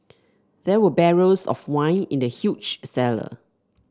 there were barrels of wine in the huge cellar